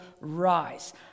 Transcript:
rise